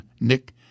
Nick